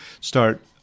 start